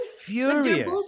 furious